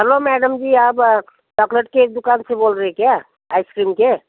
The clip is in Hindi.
हेलो मैडम जी अब चॉकोलेट की दुकान से बोल रही क्या आइसक्रीम के